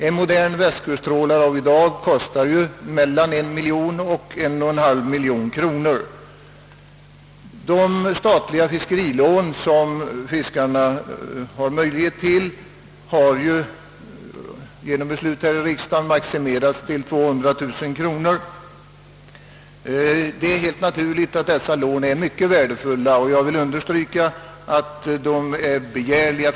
En modern västkusttrålare kostar i dag mellan en och en och en halv miljon kronor. De statliga fiskerilån, som fiskarna har möjlighet att få, har genom beslut här i riksdagen maximerats till 200 000 kronor. Det är helt naturligt att dessa lån är mycket värdefulla, och jag vill understryka att de är begärliga.